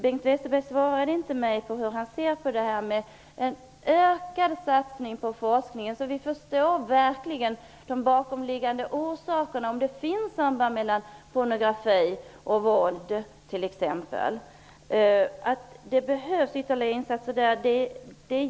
Bengt Westerberg svarade dock inte på hur han ser på en ökad satsning på forskningen så att man verkligen kan förstå de bakomliggande orsakerna, om det finns något samband t.ex. mellan pornografi och våld. Jag är övertygad om att det behövs ytterligare insatser.